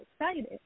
excited